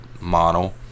model